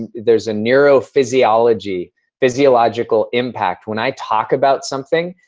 and there's a neuro-physiological neuro-physiological impact. when i talk about something,